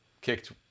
kicked